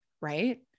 right